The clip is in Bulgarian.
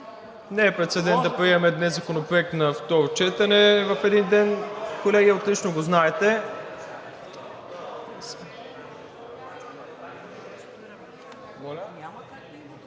Не е прецедент да приемем един законопроект и на второ четене в един ден, колеги, отлично го знаете.